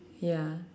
ya